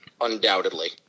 undoubtedly